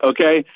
Okay